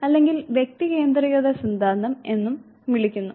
അല്ലെങ്കിൽ വ്യക്തി കേന്ദ്രീകൃത സിദ്ധാന്തം എന്നും വിളിക്കുന്നു